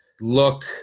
look